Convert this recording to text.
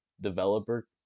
developer